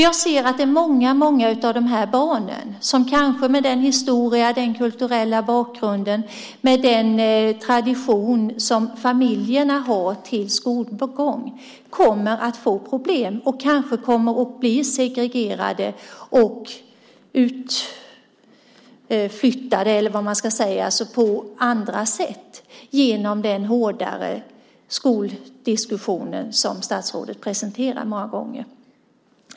Jag ser att många av dessa barn med den historia, kulturella bakgrund och tradition som familjerna har när det gäller skolgång kommer att få problem. De kanske kommer att bli segregerade och utflyttade genom den hårdare skoldiskussion som statsrådet många gånger presenterar.